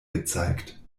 gezeigt